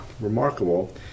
remarkable